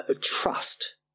trust